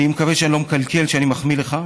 אני מקווה שאני לא מקלקל שאני מחמיא לך,